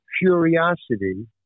curiosity